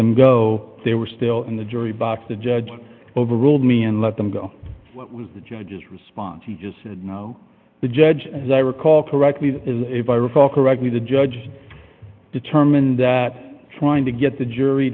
them go they were still in the jury box the judge overruled me and let them go what was the judge's response he just said no the judge as i recall correctly if i recall correctly the judge determined that trying to get the jury